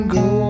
go